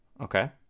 Okay